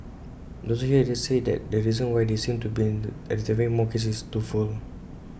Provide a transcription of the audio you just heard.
doctors here say that the reason why they seem to be identifying more cases is twofold